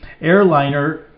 Airliner